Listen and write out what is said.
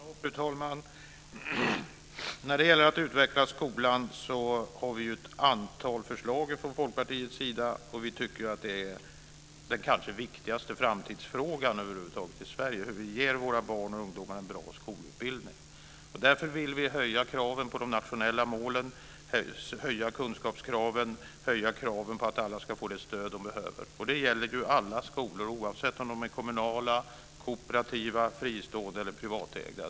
Fru talman! När det gäller att utveckla skolan har vi i Folkpartiet lagt fram ett antal förslag. Vi tycker att detta är den kanske viktigaste framtidsfrågan i Sverige över huvud taget: Hur ger vi våra barn och ungdomar en bra skolutbildning? Därför vill vi höja kraven i de nationella målen, höja kunskapskraven och höja kraven på att alla ska få det stöd de behöver. Det gäller alla skolor, oavsett om de är kommunala, kooperativa, fristående eller privatägda.